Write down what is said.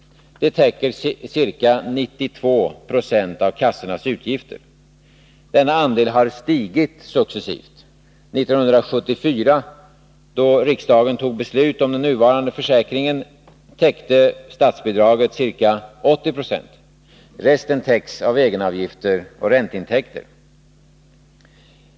De täcker ca 92 Yo av kassornas utgifter. Denna andel har stigit successivt. År 1974, då riksdagen tog beslut om den nuvarande försäkringen, täckte statsbidraget ca 80 26. Resten täcks av egenavgifter och ränteintäkter.